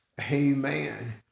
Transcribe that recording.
Amen